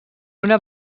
una